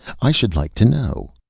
i should like to know?